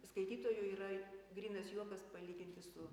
skaitytojų yra grynas juokas palyginti su